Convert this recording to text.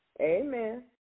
Amen